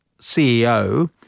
CEO